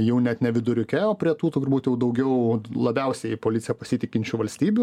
jau net ne viduriuke o prie tų turbūt jau daugiau labiausiai policiją pasitikinčių valstybių